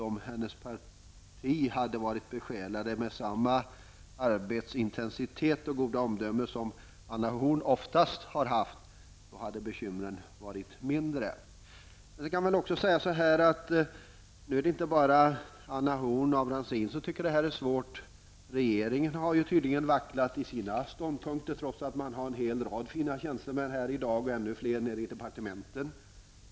Om hennes parti hade varit besjälat av samma arbetsintensitet och goda omdöme som Anna Horn oftast har visat, hade bekymren varit mindre. Det är inte bara Anna Horn af Rantzien som tycker att detta ändå är svårt. Regeringen har tydligen vacklat i sina ståndpunkter, trots att man har tillgång till en hel rad kompetenta tjänstemän här i dag och ännu fler inom departementen.